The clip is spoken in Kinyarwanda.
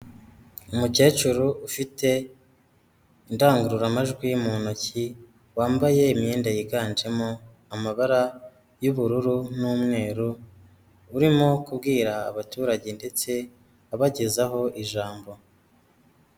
Umukecuru ufite indangururamajwi mu ntoki, wambaye imyenda yiganjemo amabara y'ubururu n'umweru urimo kubwira abaturage ndetse abagezaho ijambo.